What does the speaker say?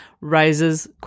raises